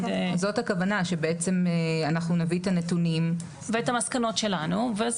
שבעצם אנחנו נביא את הנתונים --- ואת המסקנות שלנו.